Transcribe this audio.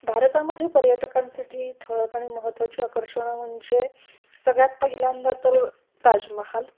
भारतामध्येे पर्यटकांसाठी ठळक आणि महत्त्वाची आकर्षणं म्हणजे सगळ्यात पहिल्यांदा तर ताजमहल